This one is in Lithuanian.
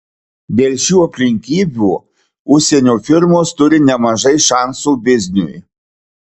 dėl šių aplinkybių užsienio firmos turi nemažai šansų bizniui